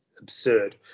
absurd